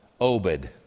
Obed